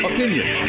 Opinion